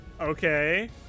Okay